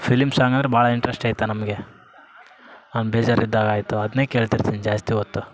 film song ಅಂದರೆ ಭಾಳ interest ಐತ ನಮಗೆ ಬೇಜಾರ್ ಇದ್ದಾಗ ಆಯಿತು ಅದನ್ನೆ ಕೇಳ್ತಿರ್ತಿವಿ ಜಾಸ್ತಿ ಹೊತ್ತು